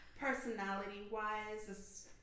personality-wise